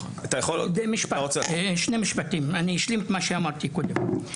שני משפטים, אני אשלים את מה שאמרתי קודם.